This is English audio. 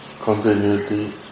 continuity